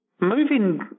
Moving